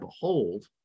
behold